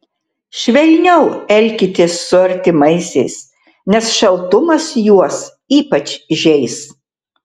švelniau elkitės su artimaisiais nes šaltumas juos ypač žeis